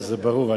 זה ברור.